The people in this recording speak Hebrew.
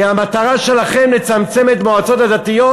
כי המטרה שלכם היא לצמצם את המועצות הדתיות,